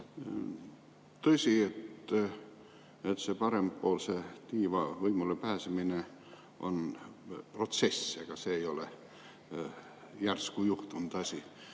Tõsi, et see parempoolse tiiva võimule pääsemine on protsess, ega see ei ole järsku juhtunud asi.